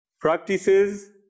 Practices